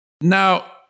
Now